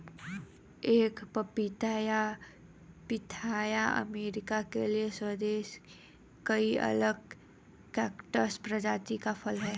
एक पपीता या पिथाया अमेरिका के लिए स्वदेशी कई अलग कैक्टस प्रजातियों का फल है